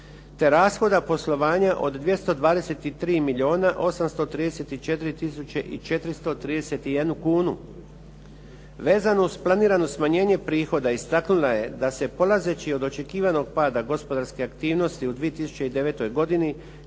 te rashoda poslovanja od 223 milijuna 834 tisuće 431 kunu. Vezano uz planirano smanjenje prihoda, istaknula je da se polazeći od očekivanog pada gospodarske aktivnosti u 2009. godini